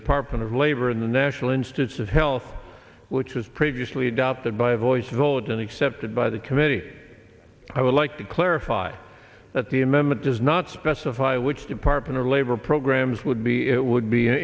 department of labor in the national institutes of health which was previously adopted by voice vote and accepted by the committee i would like to clarify that the amendment does not specify which department of labor programs would be it would